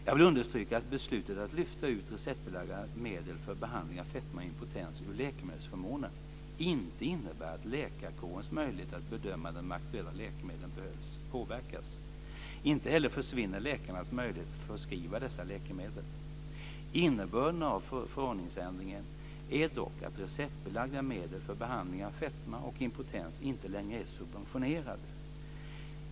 Jag vill understryka att beslutet att lyfta ut receptbelagda medel för behandling av fetma och impotens ur läkemedelsförmånen inte innebär att läkarkårens möjligheter att bedöma när de aktuella läkemedlen behövs påverkas. Inte heller försvinner läkarnas möjlighet att förskriva dessa läkemedel. Innebörden av förordningsändringen är dock att receptbelagda medel för behandling av fetma och impotens inte längre är subventionerade.